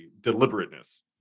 deliberateness